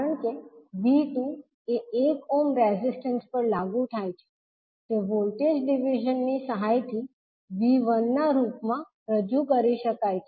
કારણ કે V2 એ 1 ઓહ્મ રેઝિસ્ટન્સ પર લાગુ થાય છે તે વોલ્ટેજ ડિવિઝન ની સહાયથી 𝐕1 ના રૂપમાં રજૂ કરી શકાય છે